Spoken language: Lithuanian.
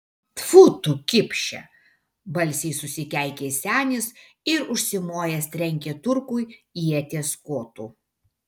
tfu tu kipše balsiai susikeikė senis ir užsimojęs trenkė turkui ieties kotu